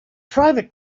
private